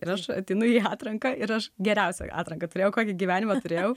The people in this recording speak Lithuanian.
ir aš ateinu į atranką ir geriausioj atranką turėjau kokį gyvenimą turėjau